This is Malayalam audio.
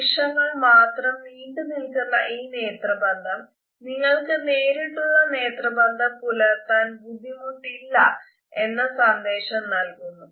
നിമിഷങ്ങൾ മാത്രം നീണ്ടു നിൽക്കുന്ന ഈ നേത്രബന്ധം നിങ്ങൾക് നേരിട്ടുള്ള നേത്രബന്ധം പുലർത്താൻ ബുദ്ദിമുട്ട് ഇല്ല എന്ന സന്ദേശം നൽകുന്നു